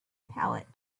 pallet